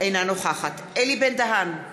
אינה נוכחת אלי בן-דהן,